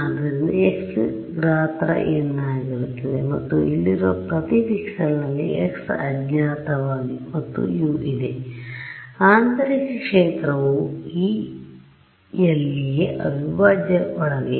ಆದ್ದರಿಂದ x ಗಾತ್ರ n ಆಗಿರುತ್ತದೆ ಮತ್ತು ಇಲ್ಲಿರುವ ಪ್ರತಿ ಪಿಕ್ಸೆಲ್ನಲ್ಲಿ x ಅಜ್ಞಾತ ಮತ್ತು U ಇದೆ ಆಂತರಿಕ ಕ್ಷೇತ್ರವು ಈ E ಯಲ್ಲಿಯೇ ಅವಿಭಾಜ್ಯ ಒಳಗೆ ಇದೆ